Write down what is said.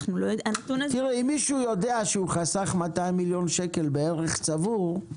אם מישהו יודע שהוא חסך 200 מיליון שקל בערך צבור,